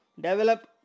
Develop